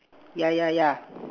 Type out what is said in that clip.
yeah yeah yeah